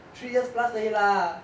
three years plus 而已 lah